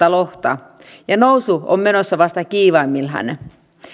lohta ja nousu on menossa vasta kiivaimmillaan